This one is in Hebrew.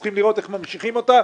צריך לראות איך ממשיכים אותה,